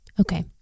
Okay